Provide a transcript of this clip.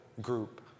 group